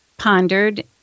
Pondered